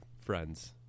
friends